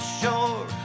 shore